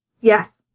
Yes